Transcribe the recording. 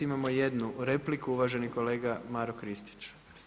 Imamo jednu repliku, uvaženi kolega Maro Kristić.